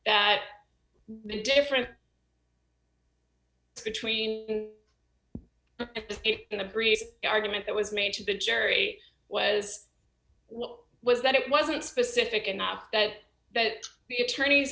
that the difference between it and a brief argument that was made to the jury was well was that it wasn't specific enough that the attorneys